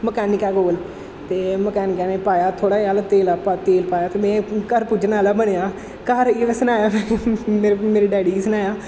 मकैनिकै कोल ते मकैनिकै ने पाया थोह्ड़ा जेहा हल्ले तेल पाया ते में घर पुज्जने आह्ला बनेआ घर आइयै में सनाया मेरे मेरे डैडी गी सनाया